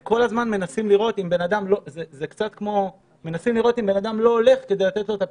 כל הזמן מנסים לראות אם אדם לא הולך כדי לתת לו את הפיצוי,